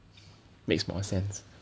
makes more sense